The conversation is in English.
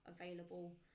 available